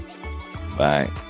Bye